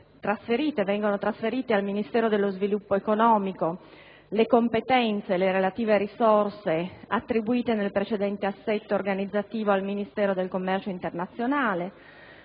vengono trasferite al Ministero dello sviluppo economico le competenze e le relative risorse attribuite nel precedente assetto organizzativo al Ministero del commercio internazionale.